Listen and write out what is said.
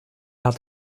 hat